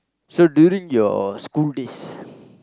so during your school lists